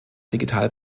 digital